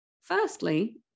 Firstly